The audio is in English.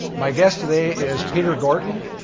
my guest today is peter gorton.